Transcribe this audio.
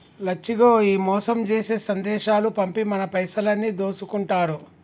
లచ్చిగో ఈ మోసం జేసే సందేశాలు పంపి మన పైసలన్నీ దోసుకుంటారు